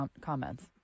comments